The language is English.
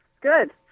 Good